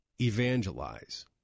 evangelize